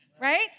right